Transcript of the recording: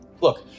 Look